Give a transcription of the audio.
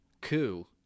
coup